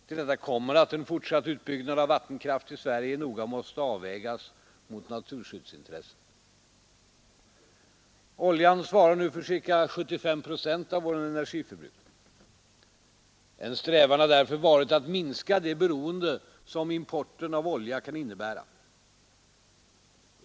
Till detta kommer att en fortsatt utbyggnad av vattenkraft i Sverige noga måste avvägas mot naturskyddsintresset. Oljan svarar nu för ca 75 procent av vår energiförbrukning. En strävan har därför varit att minska det beroende som importen av olja kan innebära.